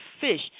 fish